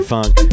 Funk